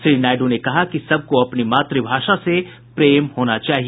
श्री नायड्र ने कहा कि सबको अपनी मातुभाषा से प्रेम होना चाहिए